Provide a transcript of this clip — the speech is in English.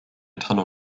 tunnel